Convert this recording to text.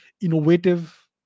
innovative